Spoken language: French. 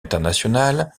internationale